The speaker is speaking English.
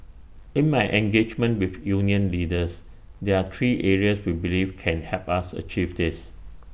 in my engagement with union leaders there are three areas we believe can help us achieve this